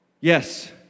Yes